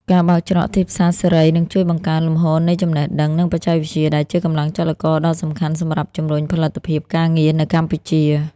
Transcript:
ការបើកច្រកទីផ្សារសេរី នឹងជួយបង្កើនលំហូរនៃចំណេះដឹង និងបច្ចេកវិទ្យាដែលជាកម្លាំងចលករដ៏សំខាន់សម្រាប់ជម្រុញផលិតភាពការងារនៅកម្ពុជា។